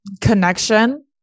connection